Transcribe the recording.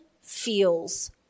feels